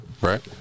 Right